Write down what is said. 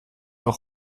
auch